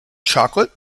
chocolate